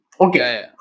okay